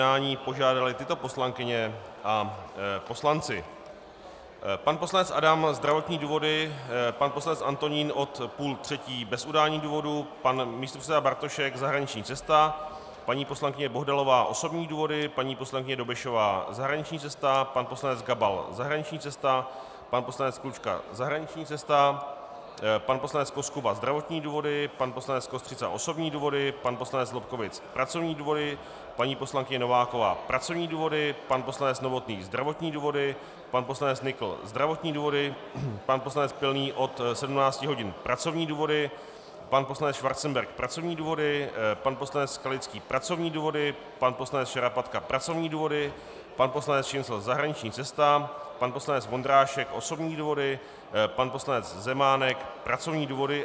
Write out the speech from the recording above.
Chtěl bych vás informovat, že o omluvení své neúčasti na dnešním jednání požádaly tyto poslankyně a poslanci: pan poslanec Adam zdravotní důvody, pan poslanec Antonín od půl třetí bez udání důvodu, pan místopředseda Bartošek zahraniční cesta, paní poslankyně Bohdalová osobní důvody, paní poslankyně Dobešová zahraniční cesta, pan poslanec Gabal zahraniční cesta, pan poslanec Klučka zahraniční cesta, pan poslanec Koskuba zdravotní důvody, pan poslanec Kostřica osobní důvody, pan poslanec Lobkowicz pracovní důvody, paní poslankyně Nováková pracovní důvody, pan poslanec Novotný zdravotní důvody, pan poslanec Nykl zdravotní důvody, pan poslanec Pilný od 17 hodin pracovní důvody, pan poslanec Schwarzenberg pracovní důvody, pan poslanec Skalický pracovní důvody, pan poslanec Šarapatka pracovní důvody, pan poslanec Šincl zahraniční cesta, pan poslanec Vondrášek osobní důvody, pan poslanec Zemánek pracovní důvody.